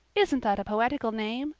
isn't that a poetical name?